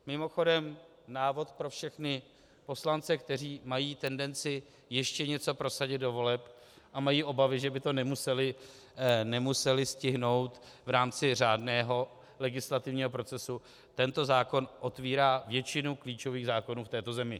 Mimochodem návod pro všechny poslance, kteří mají tendenci ještě něco prosadit do voleb a mají obavy, že by to museli stihnout v rámci řádného legislativního procesu, tento zákon otevírá většinu klíčových zákonů v této zemi.